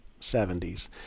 70s